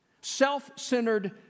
self-centered